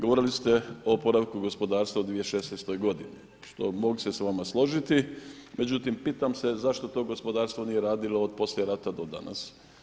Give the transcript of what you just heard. Govorili ste oporavku gospodarstva u 2016. godini što se mogu s vama složiti, međutim pitam se zašto to gospodarstvo nije radilo od poslije rata do danas?